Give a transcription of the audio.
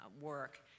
work